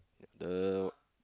the